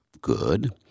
good